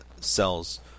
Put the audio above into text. sells